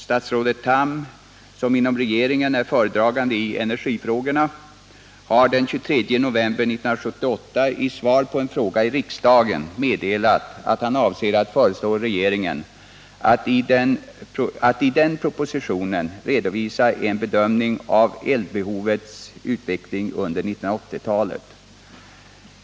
Statsrådet Tham, som inom regeringen är föredragande i energifrågor, har den 23 november 1978 i svar på en fråga i riksdagen meddelat att han avser att föreslå regeringen att i den propositionen redovisa en bedömning av elbehovets utveckling under 1980 talet.